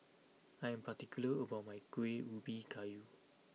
I am particular about my Kuih Ubi Kayu